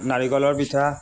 নাৰিকলৰ পিঠা